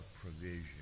provision